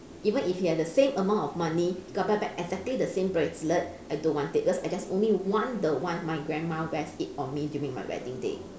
even if he has the same amount of money he got back back exactly the same bracelet I don't want it because I just only want the one my grandma wears it on me during my wedding day